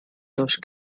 durch